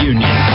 Union